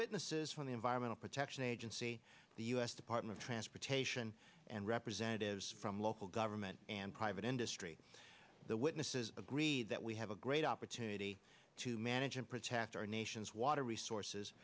witnesses from the environmental protection agency the u s department of transportation and representatives from local government and private industry the witnesses agree that we have a great opportunity to manage and protect our nation's water resources